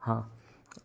हाँ